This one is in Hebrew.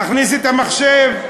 נכניס את המחשב,